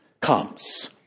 comes